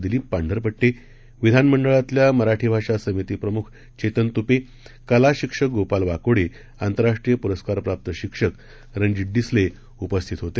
दिलीपपांढरपट्टे विधानमंडळातल्यामराठीभाषासमितीप्रमुखचेतनतुपे कलाशिक्षकगोपालवाकोडे आंतरराष्ट्रीयपुरस्कारप्राप्तशिक्षकरणजीतडिसलेउपस्थितहोते